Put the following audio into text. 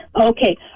Okay